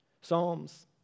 Psalms